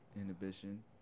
inhibition